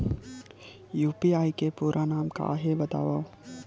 UPI के पूरा नाम का हे बतावव?